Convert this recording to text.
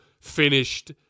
finished